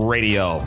Radio